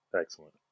excellent